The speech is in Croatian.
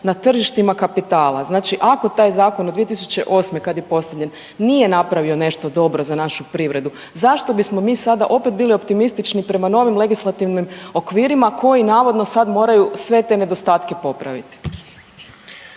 na tržištima kapitala? Znači ako taj zakon od 2008. kad je postavljen nije napravio nešto dobro za našu privredu zašto bismo mi sada opet bili optimistični prema novim legislativnim okvirima koji navodno sad moraju sve te nedostatke popraviti?